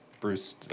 bruce